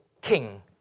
king